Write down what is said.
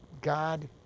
God